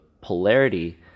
polarity